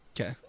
Okay